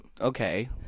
Okay